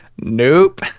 Nope